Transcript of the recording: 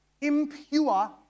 impure